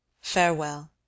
farewell